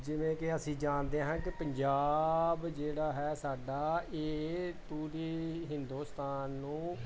ਜਿਵੇਂ ਕਿ ਅਸੀਂ ਜਾਣਦੇ ਹਾਂ ਕਿ ਪੰਜਾਬ ਜਿਹੜਾ ਹੈ ਸਾਡਾ ਇਹ ਪੂਰੇ ਹਿੰਦੁਸਤਾਨ ਨੂੰ